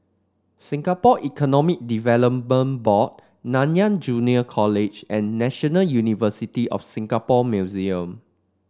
Singapore Economic Development Board Nanyang Junior College and National University of Singapore Museum